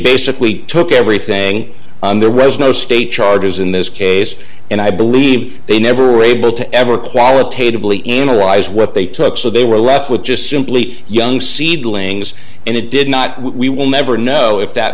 basically took everything on the rez no state charges in this case and i believe they never were able to ever qualitatively analyze what they took so they were left with just simply young seedlings and it did not we will never know if that